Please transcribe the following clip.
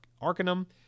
Arcanum